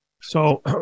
So-